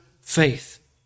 faith